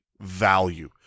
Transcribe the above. value